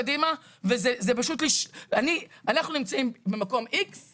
זה לא קדימה ואנחנו נמצאים במקום X ,